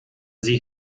sie